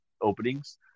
openings